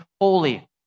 holy